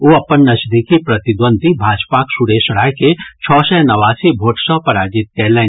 ओ अपन नजदीकी प्रतिद्वंदी भाजपाक सुरेश राय के छओ सय नवासी भोट सॅ पराजित कयलनि